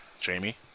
Jamie